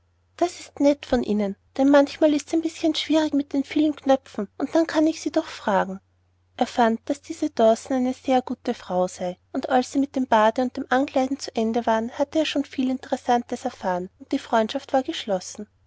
das ist nett von ihnen denn manchmal ist's ein bißchen schwierig mit den vielen knöpfen und dann kann ich sie doch fragen er fand daß diese dawson eine sehr gute frau sei und als sie mit dem bade und dem ankleiden zu ende waren hatte er schon viel interessantes erfahren und die freundschaft war geschlossen